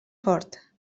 fort